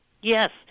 Yes